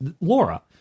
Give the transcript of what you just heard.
Laura